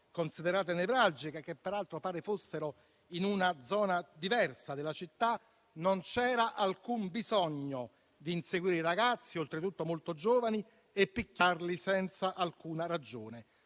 considerate nevralgiche, che peraltro pare fossero in una zona diversa della città, non c'era alcun bisogno di inseguire i ragazzi, oltretutto molto giovani, e di picchiarli senza alcuna ragione.